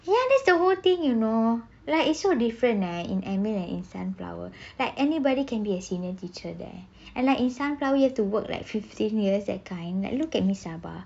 ya that's the whole thing you know like it's so different eh in M_U and in sunflower like anybody can be a senior teacher there and like in sunflower you have to work like fifteen years that kind that look at miss saba